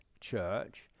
church